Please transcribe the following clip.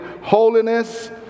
holiness